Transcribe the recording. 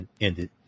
ended